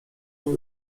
nie